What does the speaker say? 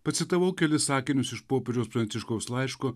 pacitavau kelis sakinius iš popiežiaus pranciškaus laiško